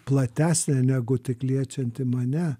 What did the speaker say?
platesnė negu tik liečianti mane